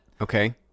Okay